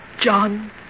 John